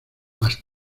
más